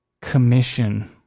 commission